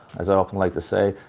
as i often like to say,